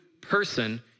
person